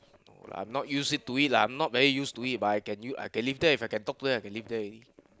no lah I'm not used it to it lah I'm not very used to it but I can use I can live there If I can talk to them I can live there already